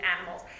animals